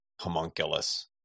homunculus